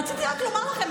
רציתי רק לומר לכם,